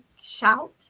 shout